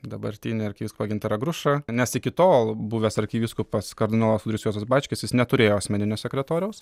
dabartinį arkivyskupą gintarą grušą nes iki tol buvęs arkivyskupas kardinolas audrys juozas bačkis jis neturėjo asmeninio sekretoriaus